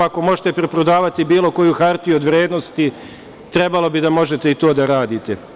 Ako možete preprodavati bilo koju hartiju od vrednosti, trebalo bi da možete i to da radite.